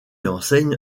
enseigne